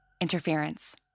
Interference